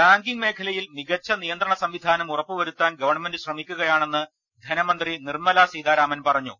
banking മേഖലയിൽ മികച്ച നിയന്തണ സംവിധാനം ഉറപ്പുവരു ത്താൻ ഗവൺമെന്റ് ശ്രമിക്കുകയാണെന്ന് ധനമന്ത്രി നിർമ്മല സീതാ രാമൻ പറഞ്ഞു